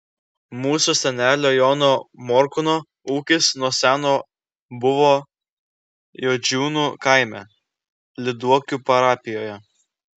mūsų senelio jono morkūno ūkis nuo seno buvo juodžiūnų kaime lyduokių parapijoje